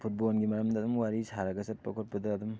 ꯐꯨꯠꯕꯣꯜꯒꯤ ꯃꯔꯝꯗ ꯑꯗꯨꯝ ꯋꯥꯔꯤ ꯁꯥꯔꯒ ꯆꯠꯄꯗ ꯈꯣꯠꯄꯗ ꯑꯗꯨꯝ